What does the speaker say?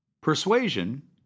Persuasion